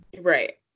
right